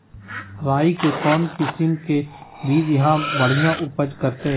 राई के कौन किसिम के बिज यहा बड़िया उपज करते?